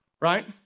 right